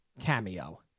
cameo